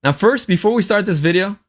and first, before we start this video,